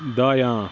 دایاں